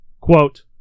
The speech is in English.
Quote